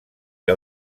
que